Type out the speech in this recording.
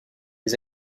les